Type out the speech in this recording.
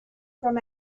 from